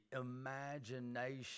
imagination